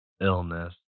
illness